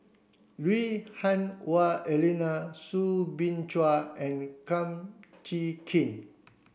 Lui Hah Wah Elena Soo Bin Chua and Kum Chee Kin